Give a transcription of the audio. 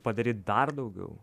padaryt dar daugiau